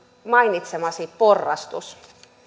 mainitsemasi porrastus vastauspuheenvuoro